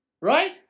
Right